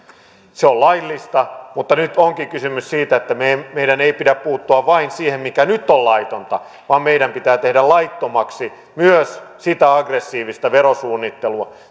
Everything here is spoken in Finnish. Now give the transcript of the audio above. se on laillista mutta nyt onkin kysymys siitä että meidän meidän ei pidä puuttua vain siihen mikä nyt on laitonta vaan meidän pitää tehdä laittomaksi myös sitä aggressiivista verosuunnittelua